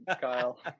Kyle